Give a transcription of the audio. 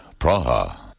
Praha. (